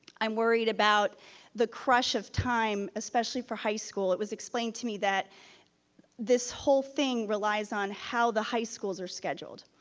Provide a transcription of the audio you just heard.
i'm worried about the crush of time, especially for high school. it was explained to me that this whole thing relies on how the high schools are scheduled.